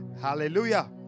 Hallelujah